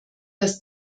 dass